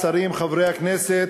שרים, חברי הכנסת,